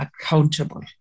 accountable